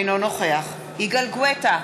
אינו נוכח יגאל גואטה,